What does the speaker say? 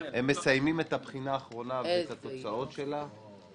--- הם מסיימים את הבחינה האחרונה ואת התוצאות שלה,